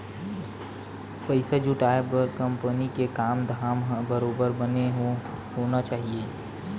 पइसा जुटाय बर कंपनी के काम धाम ह बरोबर बने होना चाही